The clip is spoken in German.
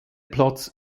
platz